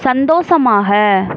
சந்தோஷமாக